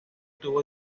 tuvo